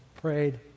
prayed